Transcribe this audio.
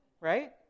Right